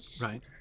right